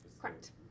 Correct